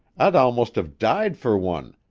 i'd almost have died for one,